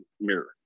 mirror